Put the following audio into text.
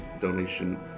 donation